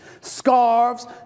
scarves